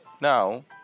Now